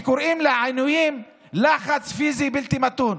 כשקוראים לעינויים לחץ פיזי בלתי מתון.